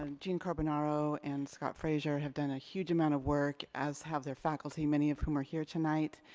um gene carbonaro and scott fraser have done a huge amount of work, as have their faculty, many of whom are here tonight.